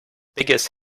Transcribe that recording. biggest